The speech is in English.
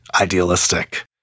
idealistic